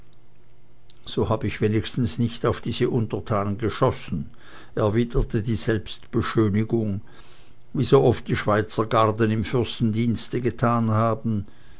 so hab ich wenigstens nicht auf diese untertanen geschossen erwiderte die selbstbeschönigung wie so oft die schweizergarden im fürstendienste getan haben